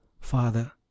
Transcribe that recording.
Father